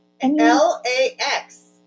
L-A-X